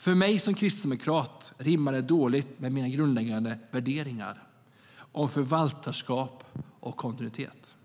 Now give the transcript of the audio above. För mig som kristdemokrat rimmar det illa med mina grundläggande värderingar om förvaltarskap och kontinuitet.